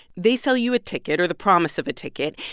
they sell you a ticket or the promise of a ticket.